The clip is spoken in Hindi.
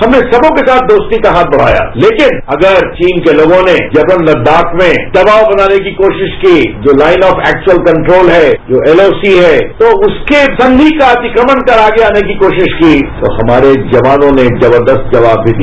हमने सबॉ के साथ दोस्ती का हाथ बद्माया तेकिन अगर चीन के लोगों ने तेकिन अगर चीन के लोगों ने जबरन लद्दाख में दबाव बनाने की कोशिक की जो लाइन ऑफ एक्युअल कन्ट्रोल है जो एल को सी है तो उसके सांवे का अतिक्रमण कर आगे आने की कोशिस की तो हमारे जवानों ने जबरदस्त जवाब भी दिया